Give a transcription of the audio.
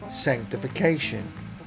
sanctification